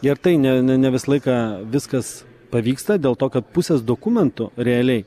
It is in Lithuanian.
ir tai ne ne visą laiką viskas pavyksta dėl to kad pusės dokumentų realiai